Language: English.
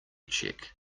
check